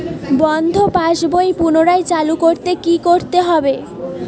বন্ধ পাশ বই পুনরায় চালু করতে কি করতে হবে?